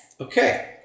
Okay